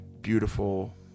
beautiful